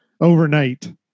overnight